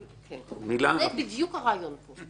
כן, זה בדיוק הרעיון פה.